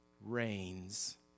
reigns